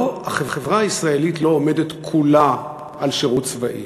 החברה הישראלית לא עומדת כולה על שירות צבאי,